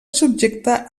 subjecta